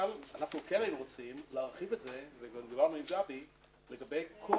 אבל אנחנו כן היינו רוצים וגם דיברנו עם גבי לגבי כל